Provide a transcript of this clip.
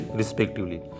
respectively